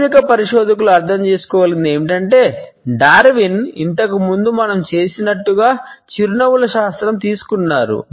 ప్రాధమిక పరిశోధకులు అర్థం చేసుకోగలిగేది ఏమిటంటే డార్విన్ తీసుకున్నారు